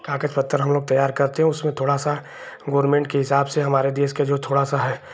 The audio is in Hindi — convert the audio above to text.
कागज पत्तर हमलोग तैयार करते हैं उसमें थोड़ा सा गवर्नमेन्ट के हिसाब के हमारे देश का जो है थोड़ा सा है